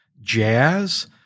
jazz